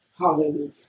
Hallelujah